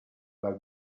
dal